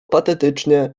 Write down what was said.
patetycznie